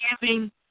giving